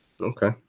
Okay